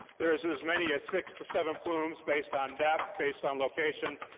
there is as many as six to seven plumes, based on depth, based on location,